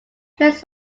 plays